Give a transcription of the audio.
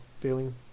feeling